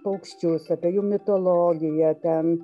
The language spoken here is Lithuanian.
paukščius apie jų mitologiją ten